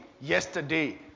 yesterday